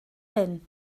hyn